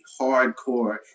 hardcore